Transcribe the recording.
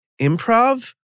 improv